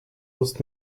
musst